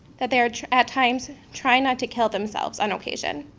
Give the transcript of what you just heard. that they are at times trying not to kill themselves on occasion.